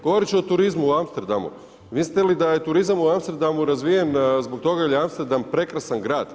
Govorit ću o turizmu u Amsterdamu, mislite li da je turizam u Amsterdamu razvijen zbog toga jer je Amsterdam prekrasan grad?